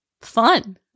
Fun